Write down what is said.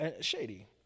Shady